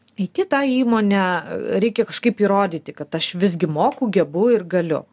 į kitą įmonę reikia kažkaip įrodyti kad aš visgi moku gebu ir galiu